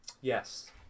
Yes